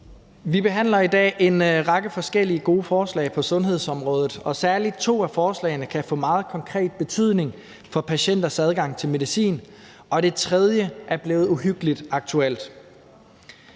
Vi behandler i dag en række forskellige gode forslag på sundhedsområdet, og særlig to af forslagene kan få meget konkret betydning for patienters adgang til medicin, og det tredje er blevet uhyggeligt aktuelt.